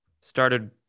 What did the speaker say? started